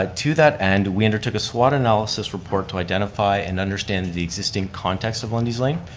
ah to that end, we undertook a swot analysis report to identify and understand the existing context of lundy's lane.